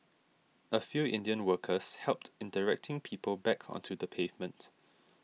a few Indian workers helped in directing people back onto the pavement